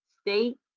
state